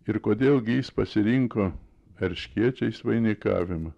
ir kodėl gi jis pasirinko erškėčiais vainikavimą